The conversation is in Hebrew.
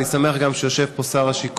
אני שמח שיושב פה גם סגן שר השיכון,